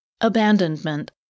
Abandonment